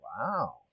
Wow